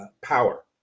power